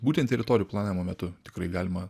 būtent teritorijų planavimo metu tikrai galima